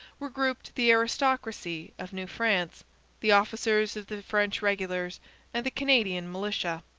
were grouped the aristocracy of new france the officers of the french regulars and the canadian militia.